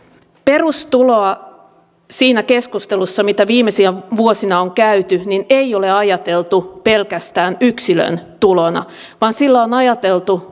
perustuloa siinä keskustelussa mitä viimeisinä vuosina on käyty ei ole ajateltu pelkästään yksilön tulona vaan sillä on ajateltu